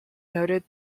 noted